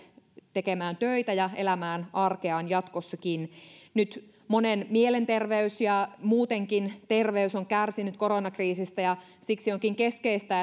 tekemään töitä ja elämään arkeaan jatkossakin nyt monen mielenterveys ja muutenkin terveys on kärsinyt koronakriisistä ja siksi onkin keskeistä